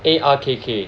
A R K K